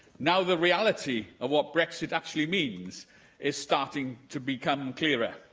now the reality of what brexit actually means is starting to become clearer.